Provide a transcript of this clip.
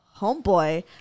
homeboy